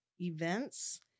events